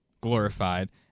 glorified